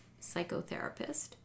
psychotherapist